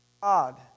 God